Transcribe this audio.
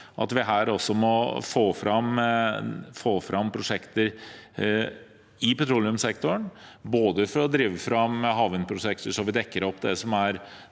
at vi må få fram prosjekter i petroleumssektoren både for å drive fram havvindprosjekter, så vi dekker opp behovene